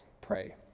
pray